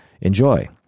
enjoy